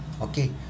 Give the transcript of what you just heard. okay